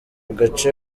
gace